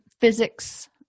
physics